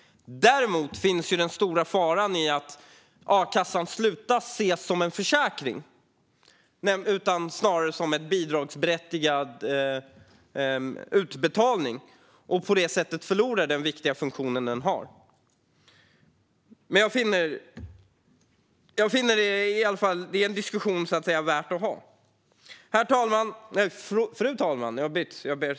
Det finns dock en stor fara: att a-kassan slutar ses som en försäkring och snarare ses som en bidragsutbetalning. På det sättet skulle den förlora den viktiga funktion den har. Men detta är i alla fall en diskussion som är värd att ha. Fru talman!